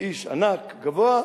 איש ענק, גבוה,